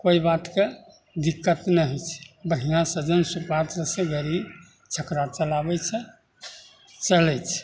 कोइ बातके दिक्कत नहि होइत छै बढ़िआँ सजन सुपा सबसे गड़ी जकरा चलाबैत छै चलैत छै